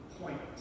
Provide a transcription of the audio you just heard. point